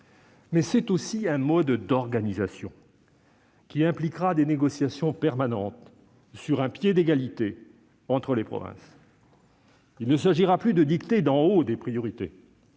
mais c'est aussi un mode d'organisation qui impliquera des négociations permanentes, sur un pied d'égalité, entre les provinces. Il s'agira non plus de dicter des priorités